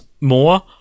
more